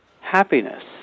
happiness